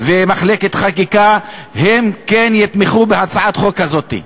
ומחלקת חקיקה, הם כן יתמכו בהצעת החוק הזאת.